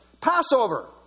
Passover